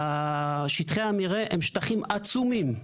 שטחי המרעה הם שטחים עצומים,